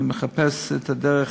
ואני מחפש את הדרך